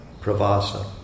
pravasa